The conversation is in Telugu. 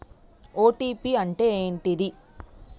ఓ.టీ.పి అంటే ఏంటిది?